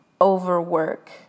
overwork